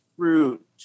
fruit